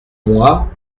moi